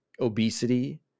obesity